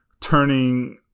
turning